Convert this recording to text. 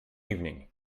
evening